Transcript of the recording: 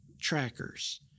trackers